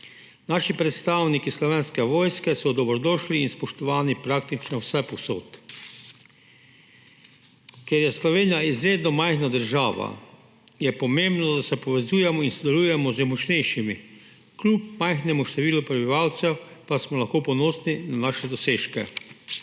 Naši predstavniki Slovenske vojske so dobrodošli in spoštovani praktično vsepovsod. Ker je Slovenija izredno majhna država, je pomembno, da se povezujemo in sodelujemo z močnejšimi, kljub majhnemu številu prebivalcev pa smo lahko ponosni na svoje dosežke.